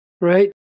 Right